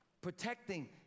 protecting